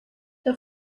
the